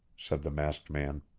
said the masked man.